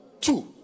Two